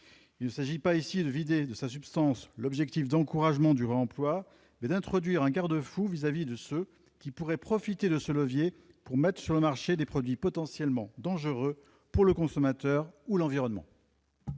Il s'agit non pas de vider de sa substance l'objectif d'encouragement du réemploi, mais d'introduire un garde-fou à l'égard de ceux qui pourraient profiter de ce levier pour mettre sur le marché des produits potentiellement dangereux pour le consommateur ou l'environnement.